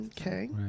Okay